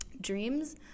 dreams